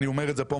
אני אומר את זה פה,